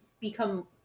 become